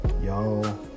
y'all